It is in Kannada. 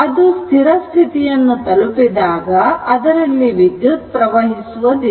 ಅದು ಸ್ಥಿರ ಸ್ಥಿತಿಯನ್ನು ತಲುಪಿದಾಗ ಅದರಲ್ಲಿ ವಿದ್ಯುತ್ ಪ್ರವಹಿಸುವದಿಲ್ಲ